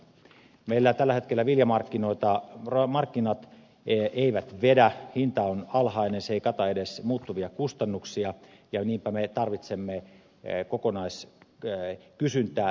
meillä tällä hetkellä viljamarkkinat eivät vedä hinta on alhainen se ei kata edes muuttuvia kustannuksia ja niinpä me tarvitsemme kokonaiskysyntää lisää viljamarkkinoille